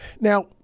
Now